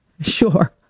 Sure